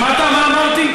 שמעת מה אמרתי?